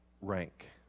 rank